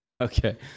Okay